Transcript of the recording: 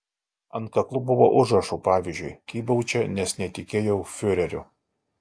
ant kaklų buvo užrašų pavyzdžiui kybau čia nes netikėjau fiureriu